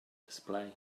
display